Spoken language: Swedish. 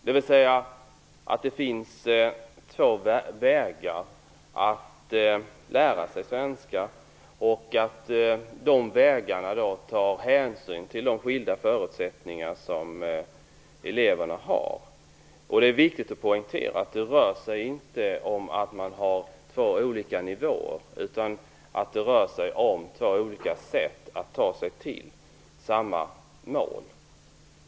Det skall alltså finnas två vägar att lära sig svenska, och på de två vägarna skall man ta hänsyn till de skilda förutsättningar som eleverna har. Det är viktigt att poängtera att det inte rör sig om två olika nivåer, utan att det rör sig om två olika sätt att ta sig till samma mål.